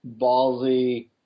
ballsy